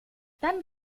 dann